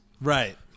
Right